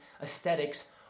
aesthetics